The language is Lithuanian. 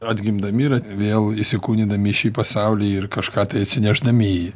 atgimdami ir vėl įsikūnydami į šį pasaulį ir kažką tai atsinešdami į jį